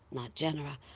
not genera,